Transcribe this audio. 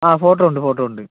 ആ ഫോട്ടോ ഉണ്ട് ഫോട്ടോ ഉണ്ട്